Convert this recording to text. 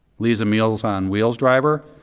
lee's a meals on wheels driver.